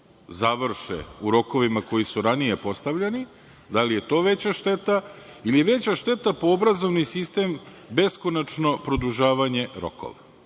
završe u rokovima koji su ranije postavljeni, da li je to veća šteta ili je veća šteta po obrazovni sistem beskonačno produžavanje rokova. Jako